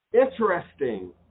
interesting